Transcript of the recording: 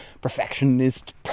perfectionist